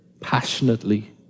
passionately